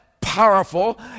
powerful